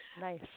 Nice